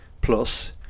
plus